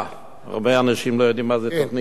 הרבה אנשים לא יודעים מה זה תוכנית היל"ה.